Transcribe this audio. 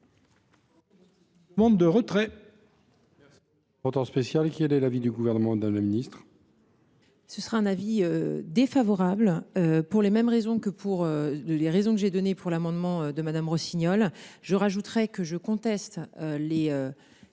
demande le retrait